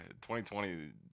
2020